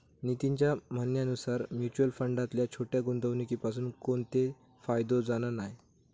नितीनच्या म्हणण्यानुसार मुच्युअल फंडातल्या छोट्या गुंवणुकीपासून कोणतोय फायदो जाणा नाय